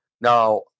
Now